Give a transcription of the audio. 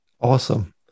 Awesome